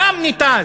דם ניתז,